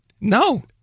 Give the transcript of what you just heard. No